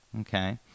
Okay